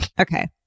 Okay